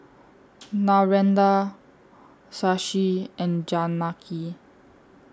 Narendra Shashi and Janaki